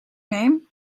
name